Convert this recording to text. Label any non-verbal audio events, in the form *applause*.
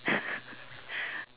*laughs*